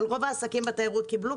אבל רוב העסקים בתיירות קיבלו,